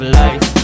life